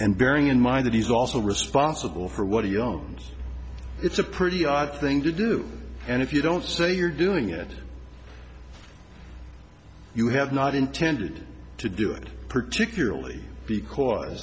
and bearing in mind that he's also responsible for what he owns it's a pretty odd thing to do and if you don't say you're doing it you have not intended to do it particularly because